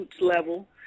level